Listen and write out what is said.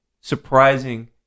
surprising